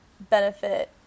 benefit